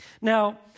Now